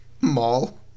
mall